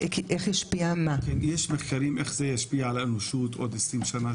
יש מחקרים איך ישפיע על האנושות בעוד 20 שנה,